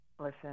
Listen